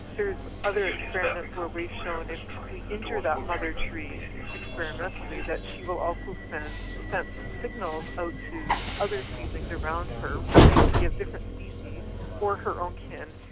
there's other experiments where we've shown if we injure that mother tree experimentally that she will also send defence signals out to other seedlings around her, and they can be of different species or her own kin.